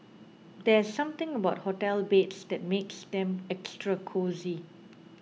there's something about hotel beds that makes them extra cosy